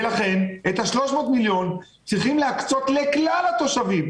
ולכן את 300 המיליון צריכים להקצות לכלל התושבים,